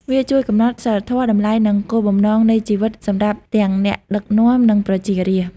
វាជួយកំណត់ សីលធម៌ តម្លៃ និង គោលបំណងនៃជីវិត សម្រាប់ទាំងអ្នកដឹកនាំ និងប្រជារាស្ត្រ។